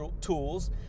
tools